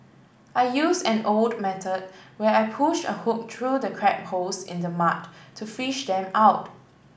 I use an old method where I push a hook through the crab holes in the mud to fish them out